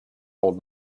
old